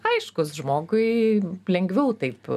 aiškus žmogui lengviau taip